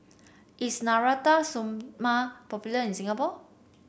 is Natura Stoma popular in Singapore